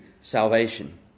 salvation